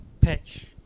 patch